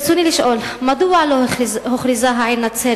ברצוני לשאול: מדוע לא הוכרזה העיר נצרת